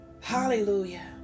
Hallelujah